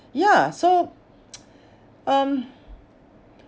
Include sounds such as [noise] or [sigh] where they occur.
yeah so [noise] um